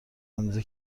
اندازه